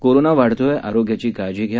corona वाढतोय आरोग्याची काळजी घ्या